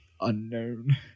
unknown